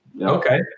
Okay